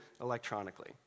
electronically